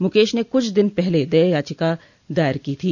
मुकेश ने कुछ दिन पहले दया याचिका दायर की थी